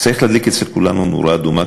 צריך להדליק אצל כולנו נורה אדומה,